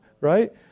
right